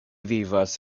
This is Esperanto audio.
vivas